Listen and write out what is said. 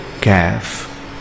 calf